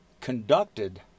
Conducted